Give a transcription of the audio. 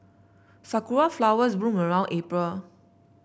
sakura flowers bloom around April